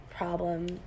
problem